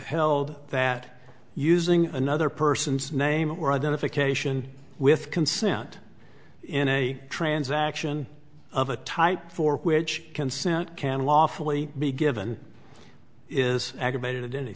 held that using another person's name or identification with consent in a transaction of a type for which consent can lawfully be given is aggravated any